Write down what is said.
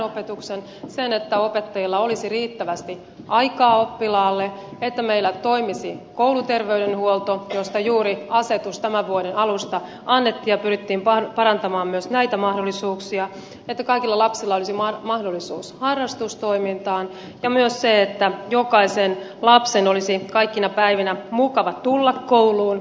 sen että opettajilla olisi riittävästi aikaa oppilaalle että meillä toimisi kouluterveydenhuolto josta juuri asetus tämän vuoden alusta annettiin ja pyrittiin parantamaan myös näitä mahdollisuuksia että kaikilla lapsilla olisi mahdollisuus harrastustoimintaan ja myös sen että jokaisen lapsen olisi kaikkina päivinä mukava tulla kouluun